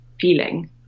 feeling